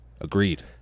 agreed